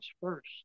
first